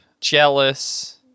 jealous